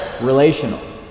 relational